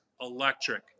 electric